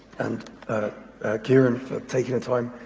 and kieran for taking the time,